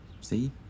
See